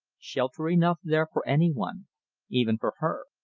shelter enough there for any one even for her.